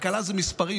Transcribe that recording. כלכלה זה מספרים,